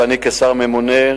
ואני כשר הממונה,